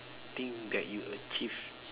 thing that you achieve